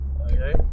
okay